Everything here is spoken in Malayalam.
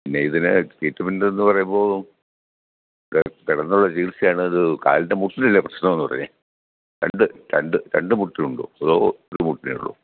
പിന്നെ ഇതിന് ട്രീറ്റ്മെൻറ്റെന്നു പറയുമ്പോൾ ഇവിടെ കിടന്നുള്ള ചികിത്സയാണിത് കാലിൻ്റെ മുട്ടിലല്ലേ പ്രശ്നമെന്നു പറഞ്ഞത് രണ്ട് രണ്ട് രണ്ട് മുട്ടിനുമുണ്ടോ അതോ ഒരു മുട്ടിനേ ഉള്ളോ